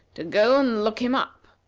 to go and look him up.